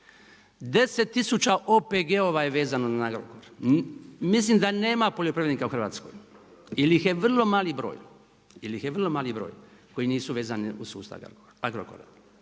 tisuća OPG-ova je vezano na Agrokor, mislim da nema poljoprivrednika u Hrvatskoj ili ih je vrlo mali broj, ili ih je vrlo